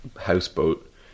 houseboat